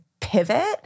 pivot